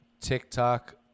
TikTok